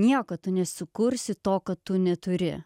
nieko tu nesukursi to ką tu neturi